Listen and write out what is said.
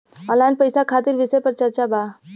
Online पैसा खातिर विषय पर चर्चा वा?